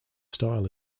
style